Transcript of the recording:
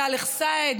סאלח סעד,